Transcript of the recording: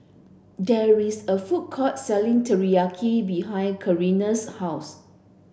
there is a food court selling Teriyaki behind Catrina's house